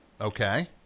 Okay